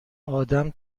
آدم